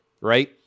right